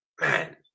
man